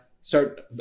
start